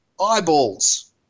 Eyeballs